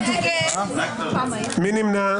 מי נמנע?